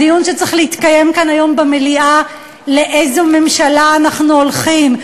הדיון שצריך להתקיים כאן היום במליאה הוא לאיזו ממשלה אנחנו הולכים,